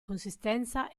consistenza